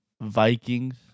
Vikings